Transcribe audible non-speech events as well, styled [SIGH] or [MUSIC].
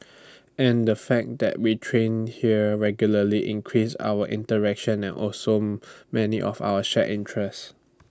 [NOISE] and the fact that we train here regularly increases our interaction and also many of our shared interests